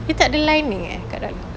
dia tak ada lining eh kat dalam